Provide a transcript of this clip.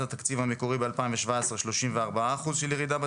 התקציב המקורי ב-2017 34% ירידה בתקציב.